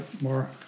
more